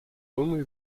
only